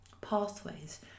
pathways